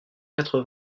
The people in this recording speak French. quatre